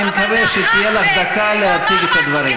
אני מקווה שתהיה לך דקה להציג את הדברים.